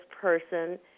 person